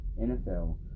NFL